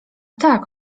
tak